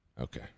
Okay